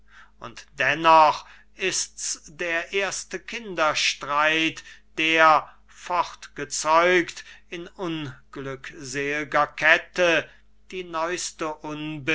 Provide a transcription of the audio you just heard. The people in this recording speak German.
und dennoch ist's der erste kinderstreit der fortgezeugt in unglücksel'ger kette die neuste